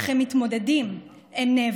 אך הם מתמודדים, הם נאבקים,